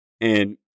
And-